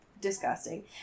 disgusting